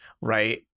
right